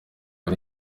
ari